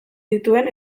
dituen